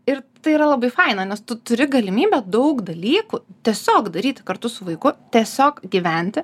ir tai yra labai faina nes tu turi galimybę daug dalykų tiesiog daryti kartu su vaiku tiesiog gyventi